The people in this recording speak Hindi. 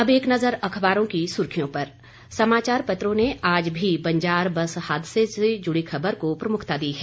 अब एक नजर अखबारों की सुर्खियों पर समाचार पत्रों ने आज भी बंजार बस हादसे से जुड़ी खबर को प्रमुखता दी है